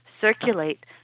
circulate